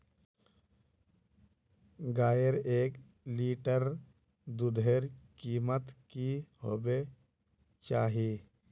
गायेर एक लीटर दूधेर कीमत की होबे चही?